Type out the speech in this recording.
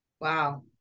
Wow